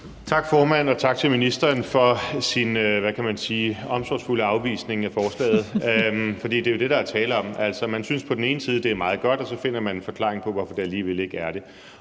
Tak, formand, og tak til ministeren for hendes – hvad kan man sige – omsorgsfulde afvisning af forslaget, for det er jo det, der er tale om. Man synes på den ene side, det er meget godt, og så finder man på den anden side en forklaring på, hvorfor det alligevel ikke er det.